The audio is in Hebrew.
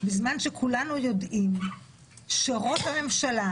בזמן שכולנו יודעים שראש הממשלה